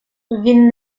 він